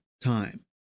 time